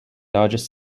largest